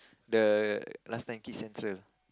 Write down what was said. the last time Kids Central